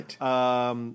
Right